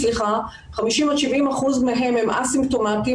50% 70% מהם הם אסימפטומטיים,